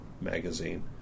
magazine